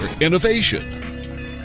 innovation